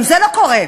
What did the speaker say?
גם זה לא קורה,